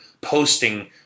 posting